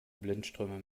blindströme